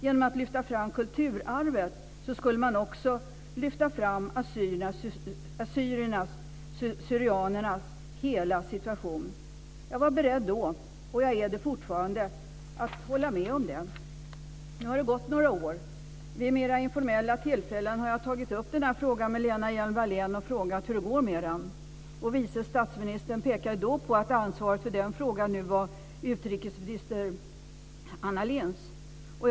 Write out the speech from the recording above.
Genom att lyfta fram kulturarvet skulle man också lyfta fram assyrier/syrianernas hela situation. Jag var beredd då, och jag är det fortfarande, att hålla med om det. Nu har det gått några år. Vid mera informella tillfällen har jag tagit upp denna fråga med Lena Hjelm Wallén och frågat hur det går med den. Vice statsministern har då pekat på att ansvaret för den frågan nu är utrikesminister Anna Lindhs.